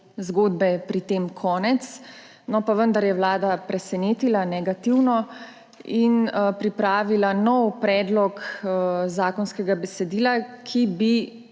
zgodbe pri tem konec. Pa vendar je Vlada presenetila negativno in pripravila nov predlog zakonskega besedila, ki bi